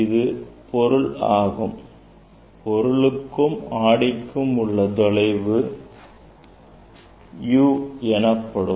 இது பொருள் ஆகும் பொருளுக்கும் ஆடிக்கும் உள்ள தொலைவு u எனப்படும்